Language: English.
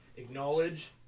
Acknowledge